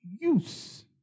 use